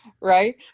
right